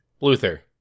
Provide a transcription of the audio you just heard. Luther